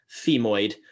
femoid